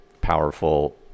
powerful